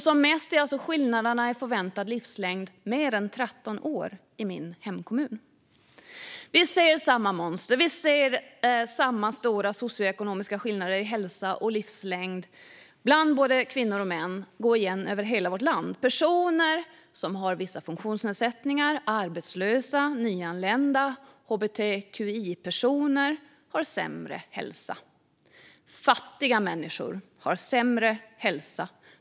Som mest är alltså skillnaden i förväntad livslängd mer än 13 år i min hemkommun. Vi ser samma mönster av stora socioekonomiska skillnader i hälsa och livslängd bland både kvinnor och män gå igen i hela vårt land. Personer som har vissa funktionsnedsättningar, hbtqi-personer och personer som är arbetslösa eller nyanlända har sämre hälsa. Fattiga människor har sämre hälsa.